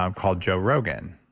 um called joe rogan.